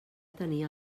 tenia